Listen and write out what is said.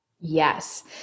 yes